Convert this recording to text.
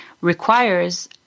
requires